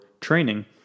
training